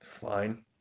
fine